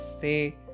say